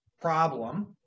problem